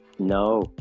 No